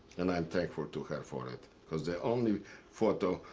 and i'm thankful to her for it because the only photo.